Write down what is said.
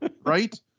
right